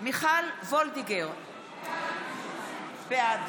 מיכל וולדיגר, בעד